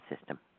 system